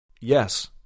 Yes